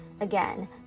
again